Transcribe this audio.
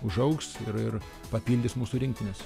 užaugs ir ir papildys mūsų rinktines